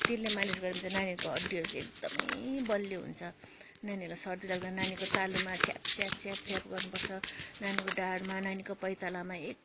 तेलले मालिस गऱ्यो भने चाहिँ नानीहरूको हड्डीहरू चाहिँ एकदमै बलियो हुन्छ नानीहरूलाई सर्दी लाग्दा नानीको तालुमा छ्याप छ्याप छ्याप छ्याप गर्नुपर्छ नानीको ढाडमा नानीको पैँतालामा